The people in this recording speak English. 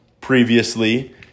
previously